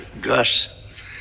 Gus